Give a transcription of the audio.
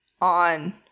on